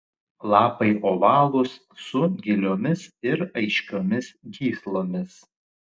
lapai ovalūs su giliomis ir aiškiomis gyslomis